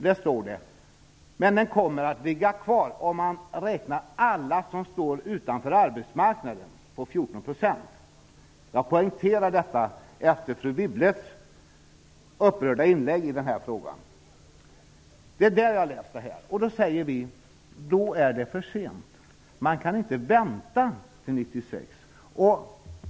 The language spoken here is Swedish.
Där står det att arbetslösheten kommer att ligga kvar, om man räknar alla som står utanför arbetsmarknaden, på 14 %. Jag poängterar detta efter fru Wibbles upprördhet i den här frågan. Vi menar att det är för sent om man väntar till 1996.